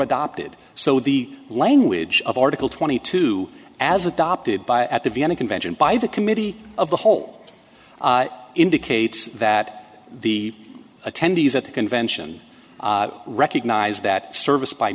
adopted so the language of article twenty two as adopted by at the vienna convention by the committee of the whole indicates that the attendees at the convention recognized that service by